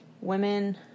women